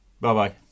Bye-bye